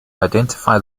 identify